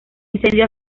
incendio